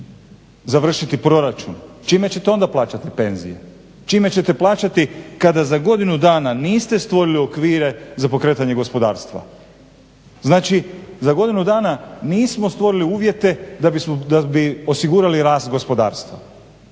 završiti proračun, čime ćete onda plaćati penzije? Čime ćete plaćati kada za godinu dana niste stvorili okvire za pokretanje gospodarstva. Znači za godinu dana nismo stvorili uvjete da bi osigurali rast gospodarstva.